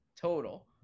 total